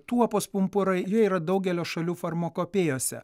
tuopos pumpurai jie yra daugelio šalių farmakopėjose